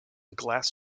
glass